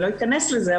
לא אכנס לזה,